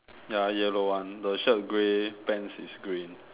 ya yellow one the shirt grey pants is green